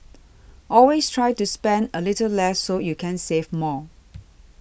always try to spend a little less so you can save more